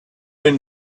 been